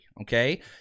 okay